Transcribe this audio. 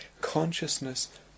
consciousness